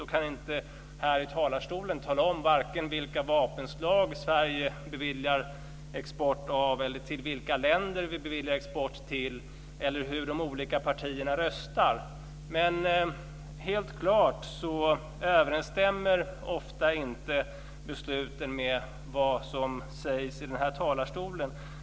Jag kan därför inte här i talarstolen tala om vare sig vilka vapenslag Sverige beviljar export av eller vilka länder vi beviljar export till eller hur de olika partierna röstar. Men helt klart överensstämmer ofta inte besluten med vad som sägs i den här talarstolen.